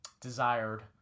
desired